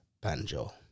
banjo